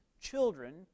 children